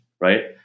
right